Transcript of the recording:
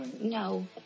No